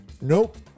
Nope